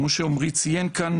כמו שעומרי ציין כאן,